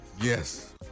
Yes